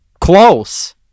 close